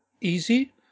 easy